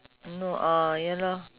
no ah ya lor